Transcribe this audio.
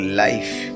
life